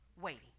waiting